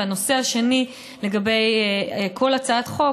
הנושא השני לגבי כל הצעת חוק,